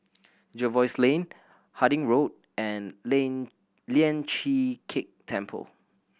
Jervois Lane Harding Road and Lian Chee Kek Temple